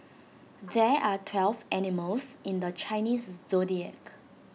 there are twelve animals in the Chinese Zodiac